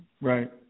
Right